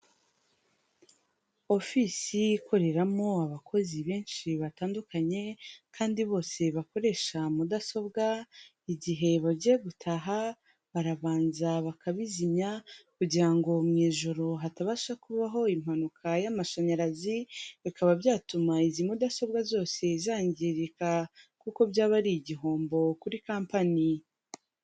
Ofisi ikoreramo abakozi benshi batandukanye kandi bose bakoresha mudasobwa, igihe bagiye gutaha barabanza bakabizimya, kugira ngo mu ijoro hatabasha kubaho impanuka y'amashanyarazi bikaba byatuma izi mudasobwa zose zangirika, kuko byaba ari igihombo kuri kampani.